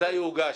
מתי הוא הוגש?